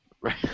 Right